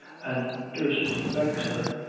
an' durstn't vex her.